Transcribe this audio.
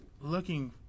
looking